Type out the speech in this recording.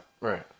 Right